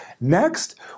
Next